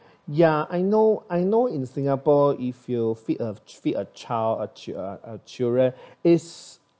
ya I know I know in singapore if you feed a feed a child a child a children is